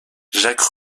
jacques